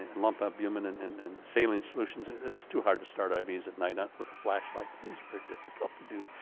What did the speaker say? and lump albumin and and and salient solutions, it was too hard to start ivs at night ah with a flashlight, it was very difficult to do,